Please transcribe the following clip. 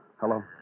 Hello